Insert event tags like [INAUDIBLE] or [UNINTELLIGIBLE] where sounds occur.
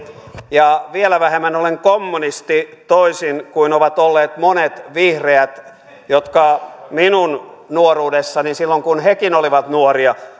ja vielä vähemmän olen kommunisti toisin kuin ovat olleet monet vihreät jotka minun nuoruudessani silloin kun hekin olivat nuoria [UNINTELLIGIBLE]